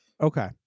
Okay